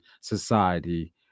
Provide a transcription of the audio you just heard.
Society